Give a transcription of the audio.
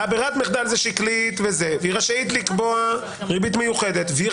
ברירת המחדל היא שקלית והיא רשאית לקבוע ריבית מיוחדת והיא